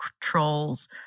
trolls